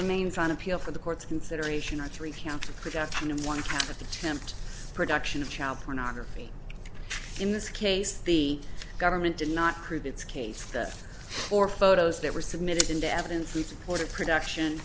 remains on appeal for the court's consideration on three counts of production of one of the attempt production of child pornography in this case the government did not prove its case that or photos that were submitted into evidence to support a production